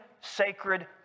sacred